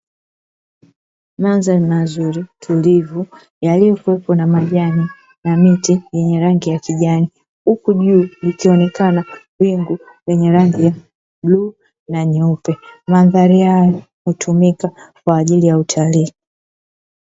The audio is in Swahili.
Mandhari mazuri tulivu yaliyofunikwa na majani na miti yenye rangi ya kijani, huku juu likionekana wingu lenye rangi ya bluu na nyeupe, mandhari haya hutumika kwa ajili ya utalii.